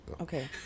Okay